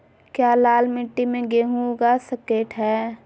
क्या लाल मिट्टी में गेंहु उगा स्केट है?